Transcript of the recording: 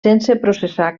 processar